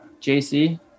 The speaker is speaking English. JC